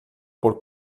por